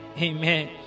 amen